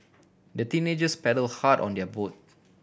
the teenagers paddle hard on their boat